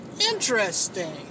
interesting